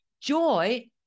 Joy